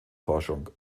forschung